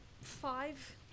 five